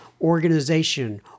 organization